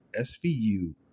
SVU